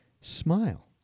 smile